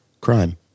Crime